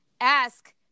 ask